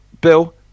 Bill